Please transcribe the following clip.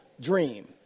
dream